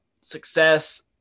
success